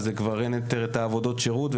וכבר אין יותר עבודות שירות,